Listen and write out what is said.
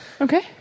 Okay